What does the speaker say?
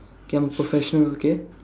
K I'm a professional okay